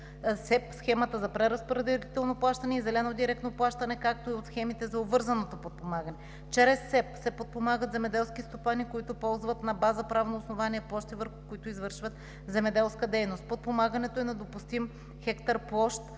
СЕПП, Схемата за преразпределително плащане и Зелено директно плащане, както и от схемите за обвързаното подпомагане. Чрез СЕПП се подпомагат земеделски стопани, които ползват, на база правно основание, площи, върху които извършват земеделска дейност. Подпомагането е на допустим хектар площ,